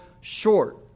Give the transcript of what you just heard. short